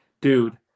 dude